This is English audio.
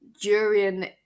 Durian